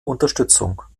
unterstützung